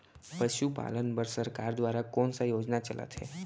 पशुपालन बर सरकार दुवारा कोन स योजना चलत हे?